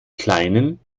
kleinen